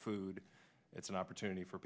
food it's an opportunity for